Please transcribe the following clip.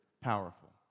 powerful